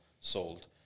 sold